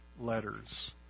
letters